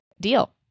deal